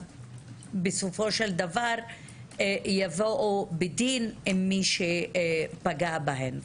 ובסופו של דבר יבואו בדין עם מי שפגע בהם.